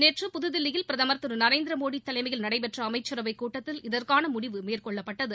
நேற்று புதுதில்லியில் பிரதமா் திரு நரேந்திரமோடி தலைமையில் நடைபெற்ற அமைச்சரவைக் கூட்டத்தில் இதற்கான முடிவு மேற்கொள்ளப்பட்டது